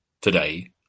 today